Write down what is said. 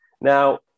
Now